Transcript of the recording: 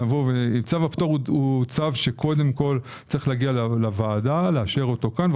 צו הפטור הוא צו שצריך להגיע לוועדה, לאשרו כאן.